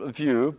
view